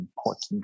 important